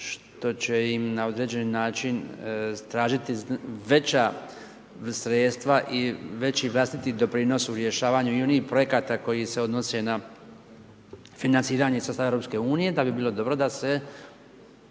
što će na određeni način tražiti veća sredstva i veći vlastiti doprinos u rješavanju i onih projekata koji se odnose na financiranje sa stava EU-a, da bi bilo dobro da se